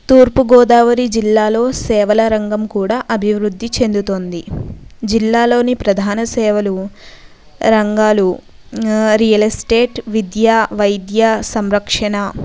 తూర్పు గోదావరి జిల్లాలో సేవలరంగం కూడా అభివృద్ధి చెందుతుంది జిల్లాలోని ప్రధాన సేవలు రంగాలు రియల్ ఎస్టేట్ విద్య వైద్య సంరక్షణ